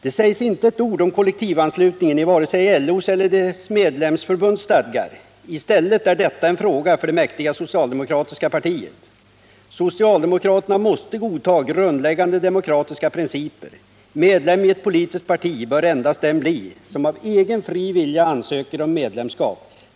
Det sägs inte ett ord om kollektivanslutningen i vare sig LO:s eller dess medlemsförbunds stadgar. I stället är detta en fråga för det mäktiga socialdemokratiska partiet. Socialdemokraterna måste godta grundläggande demokratiska principer. Medlem i ett politiskt parti bör endast den bli som av egen fri vilja ansöker om medlemskap.